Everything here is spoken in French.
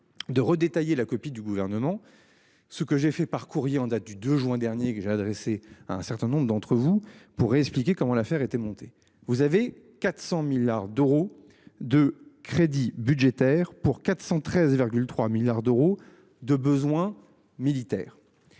De redécaler, la copie du gouvernement. Ce que j'ai fait par courrier en date du 2 juin dernier que j'ai adressé un certain nombre d'entre vous pour expliquer comment l'affaire était monté, vous avez 400 milliards d'euros de crédits budgétaires pour 413,3 milliards d'euros de besoins militaires.